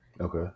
okay